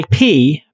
IP